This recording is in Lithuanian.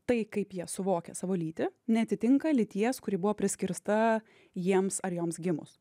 tai kaip jie suvokia savo lytį neatitinka lyties kuri buvo priskirta jiems ar joms gimus